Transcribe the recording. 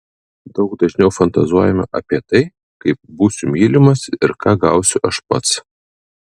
daug dažniau fantazuojama apie tai kaip būsiu mylimas ir ką gausiu aš pats